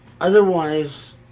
Otherwise